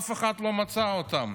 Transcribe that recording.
אף אחד לא מצא אותו.